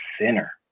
sinner